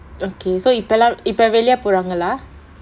okay so இப்பலாம் இப்ப வெளிய போறாங்கலா:ippalaam ippa veliya poraangalaa